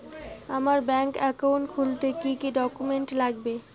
আমার bank account খুলতে কি কি ডকুমেন্ট লাগবে?